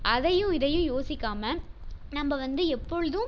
அதையும் இதையும் யோசிக்காமல் நம்ம வந்து எப்பொழுதும்